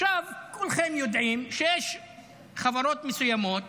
כולכם יודעים שיש חברות מסוימות